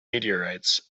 meteorites